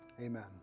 amen